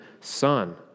son